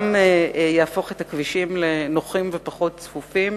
יהפוך את הכבישים לנוחים ופחות צפופים